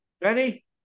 Benny